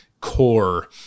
core